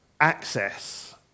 Access